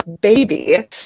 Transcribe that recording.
baby